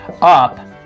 up